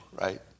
right